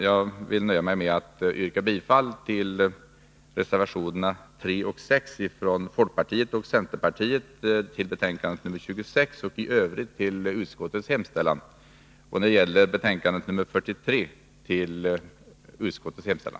Jag vill nöja mig med att yrka bifall till reservationerna 3 a och 6 a från folkpartiet och centerpartiet till betänkande 26 och i övrigt till utskottets hemställan. När det gäller betänkande 43 yrkar jag bifall till utskottets hemställan.